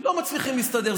לא מצליחים להסתדר,